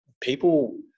people